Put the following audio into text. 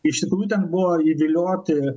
iš tikrųjų ten buvo įvilioti